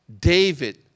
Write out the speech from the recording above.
David